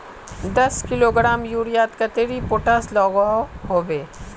दस किलोग्राम यूरियात कतेरी पोटास लागोहो होबे?